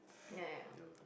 ya ya ya